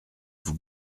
vous